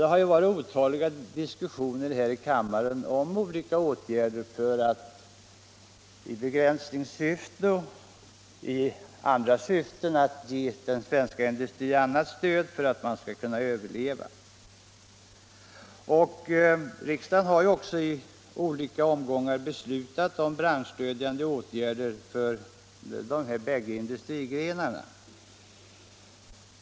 Det har förts otaliga diskussioner här i kammaren om olika åtgärder för att ge den svenska teko och skoindustrin stöd så att den kan överleva Riksdagen har också i olika omgångar beslutat om branschstödjande åtgärder för de här bägge industrigrenarna.